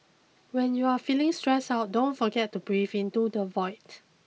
when you are feeling stressed out don't forget to breathe into the void